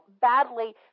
badly